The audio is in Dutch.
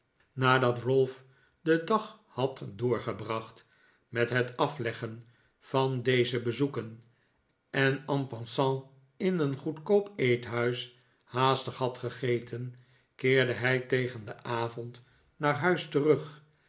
nadat ralph den dag had doorgebracht met het afleggen van deze bezoeken en en passant in een goedkoop eethuis haastig had gegeten keerde hij tegen den avond naar huis terug